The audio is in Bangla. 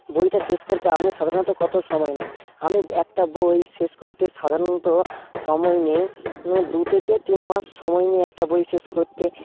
বইটা শেষ করতে আপনি সাধারণত কত সময় নেন আমি একটা বই শেষ করতে সাধারণত সময় নিই দু থেকে তিন মাস সময় নিই একটা বই শেষ করতে